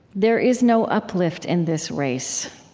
there is no uplift in this race.